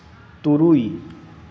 ᱛᱩᱨᱩᱭ